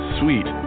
sweet